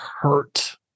hurt